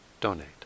donate